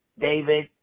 David